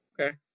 Okay